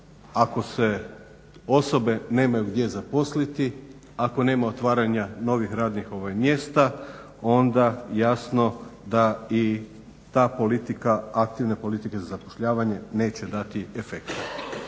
ako se osobe nemaju gdje zaposliti, ako nema otvaranja novih radnih mjesta onda jasno da i ta politika aktivne politike za zapošljavanje neće dati efekta.